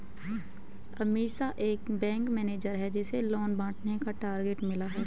अमीषा एक bank manager है जिसे लोन बांटने का टारगेट मिला